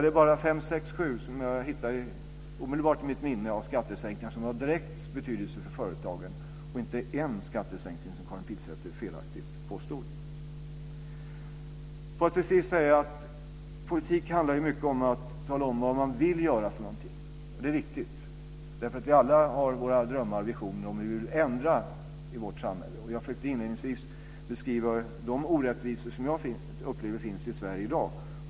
Det är bara sex sju förslag om skattesänkningar som jag omedelbart hittar i mitt minne och som har direkt betydelse för företagen, inte en skattesänkning, som Karin Pilsäter felaktigt påstod. Får jag till sist säga att politik handlar mycket om att tala om vad man vill göra för någonting. Det är viktigt, därför att vi alla har våra drömmar och visioner om hur vi vill ändra i vårt samhälle. Jag försökte inledningsvis beskriva de orättvisor som jag upplever finns i Sverige i dag.